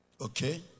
Okay